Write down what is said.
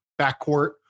backcourt